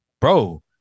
bro